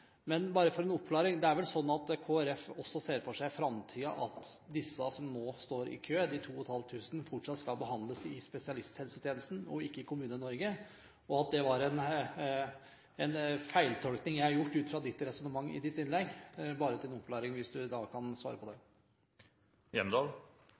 Men – bare til en oppklaring: Det er vel sånn at Kristelig Folkeparti i framtiden ser for seg at de 2 500 som nå står i kø, fortsatt skal behandles i spesialisthelsetjenesten og ikke i Kommune-Norge – at jeg har gjort en feiltolkning ut fra ditt resonnement i ditt innlegg. Så bare til en oppklaring, hvis du kan svare på